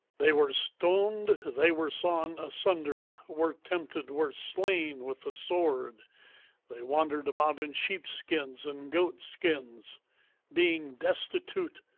they were stoned, they were sawn asunder, were tempted, were slain with the sword they wandered about in sheepskins and goatskins being destitute,